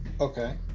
Okay